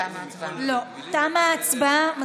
תמה ההצבעה.